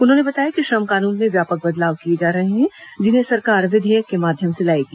उन्होंने बताया कि श्रम कानून में व्यापक बदलाव किए जा रहे हैं जिन्हें सरकार विधेयक के माध्यम से लाएगी